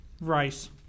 Rice